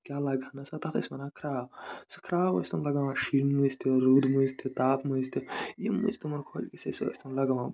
کیاہ لَگنَسا تَتھ ٲسۍ وَنان کھراو سۄ کھراو ٲسۍ تِم لَگوان شیٖنہٕ وِزِ تہِ روٗدٕ وِزِ تَپھ وِزِ تہِ ییٚمہِ وِزِ تِمَن خۄش گژھِ ہے سُہ ٲسۍ تَن لَگوان